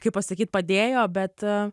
kai pasakyt padėjo bet